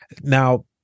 Now